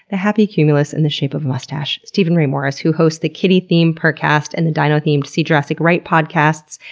the happy cumulus in the shape of a mustache, steven ray morris who hosts the kitty themed purrrcast and the dino-themed see jurassic right podcasts,